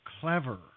clever